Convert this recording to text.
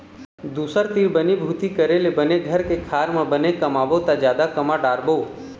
दूसर तीर बनी भूती करे ले बने घर के खार म बने कमाबो त जादा कमा डारबो